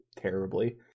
terribly